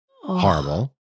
Horrible